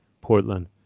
Portland